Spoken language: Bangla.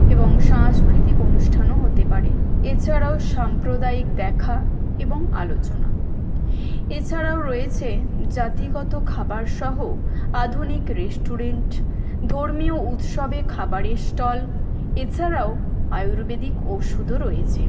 এবং সাংস্কৃতিক অনুষ্ঠানও হতে পারে এছাড়াও সাম্প্রদায়িক দেখা এবং আলোচনা এছাড়াও রয়েছে জাতিগত খাবারসহ আধুনিক রেস্টুরেন্ট ধর্মীয় উৎসবে খাবারের স্টল এছাড়াও আয়ুর্বেদিক ওষুধও রয়েছে